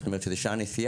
זאת אומרת שזה שעה נסיעה,